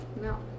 No